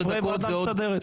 חברי הוועדה המסדרת.